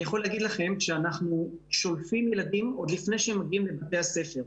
אני יכול להגיד לכם שאנחנו שולפים ילדים עוד לפני שהם מגיעים לבתי הספר.